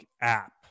app